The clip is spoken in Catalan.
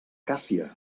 càssia